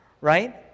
right